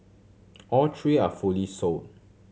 all three are fully sold